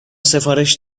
سفارش